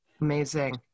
Amazing